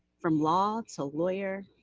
from law to lawyer,